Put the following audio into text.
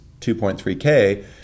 2.3k